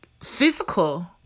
Physical